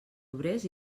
obrers